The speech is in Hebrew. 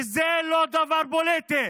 וזה לא דבר פוליטי